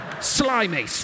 Slimy